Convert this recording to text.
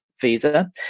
visa